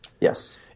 Yes